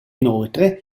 inoltre